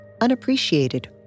unappreciated